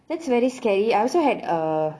that's very scary I also had a